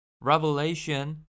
Revelation